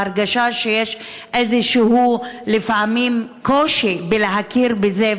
ההרגשה היא שיש לפעמים איזשהו קושי להכיר בזה,